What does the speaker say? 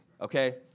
okay